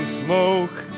smoke